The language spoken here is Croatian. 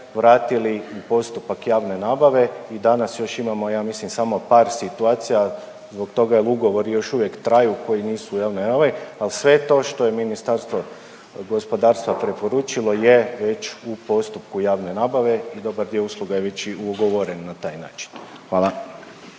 vratili u postupak javne nabave i danas još imamo ja mislim samo par situacija zbog toga jel ugovori još uvijek traju koji nisu …/Govornik se ne razumije./…al sve to što je Ministarstva gospodarstva preporučilo je već u postupku javne nabave i dobar dio usluga je već i ugovoreno na taj način, hvala.